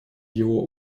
его